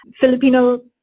Filipino